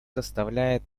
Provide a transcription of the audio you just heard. составляет